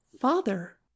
father